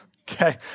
okay